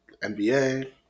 NBA